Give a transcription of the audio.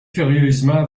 furieusement